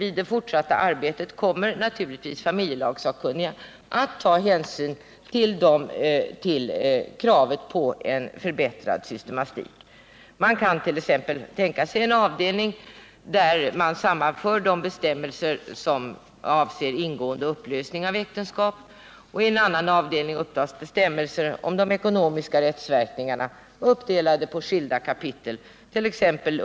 I det fortsatta arbetet kommer naturligtvis familjelagssakkunniga att ta hänsyn till kravet på en förbättrad systematik. Man kan naturligtvis tänka sig en avdelning, i vilken man sammanför de bestämmelser som avser ingående och upplösning av äktenskap, och en annan avdelning, där man tar upp bestämmelser om de ekonomiska rättsverkningarna, uppdelade på skilda kapitel, t.ex.